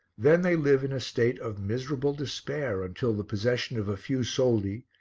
then they live in a state of miserable despair until the possession of a few soldi,